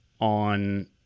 on